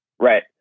Right